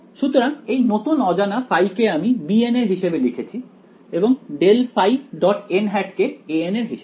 সুতরাং এই নতুন অজানা ϕ কে আমি bn এর হিসেবে লিখেছি এবং ∇ϕ কে an এর হিসেবে